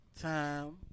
time